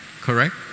correct